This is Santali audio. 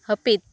ᱦᱟᱹᱯᱤᱫ